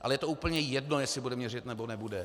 Ale je to úplně jedno, jestli bude měřit, nebo nebude.